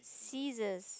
scissors